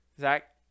Zach